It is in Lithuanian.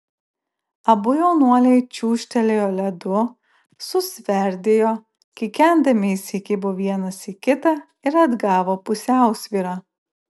abu jaunuoliai čiūžtelėjo ledu susverdėjo kikendami įsikibo vienas į kitą ir atgavo pusiausvyrą